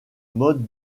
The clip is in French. mode